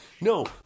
No